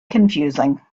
confusing